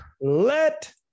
Let